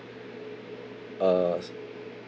uh s~